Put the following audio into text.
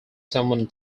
someone